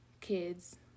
kids